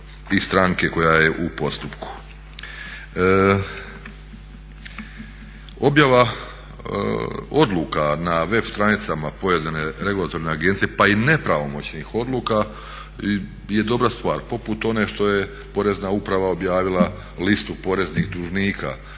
Objava odluka na web stranicama pojedine regulatorne agencije pa i nepravomoćnih odluka je dobra stvar poput one što je Porezna uprava objavila listu poreznih dužnika